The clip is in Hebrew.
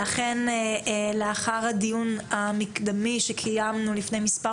שלאחר הדיון המקדמי שקיימנו לפני מספר